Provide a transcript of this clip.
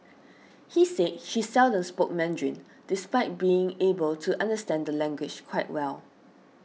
he said she seldom spoke Mandarin despite being able to understand the language quite well